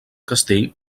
castell